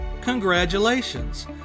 Congratulations